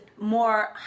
more